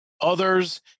Others